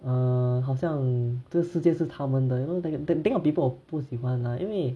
err 好像这世界是他们的 you know that thing of people 我不喜欢啦因为